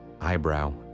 Eyebrow